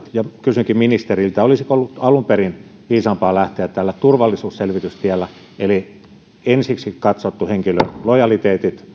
ja kysynkin ministeriltä että olisiko ollut alun perin viisaampaa lähteä tällä turvallisuusselvitystiellä eli niin että olisi ensiksi katsottu henkilön lojaliteetit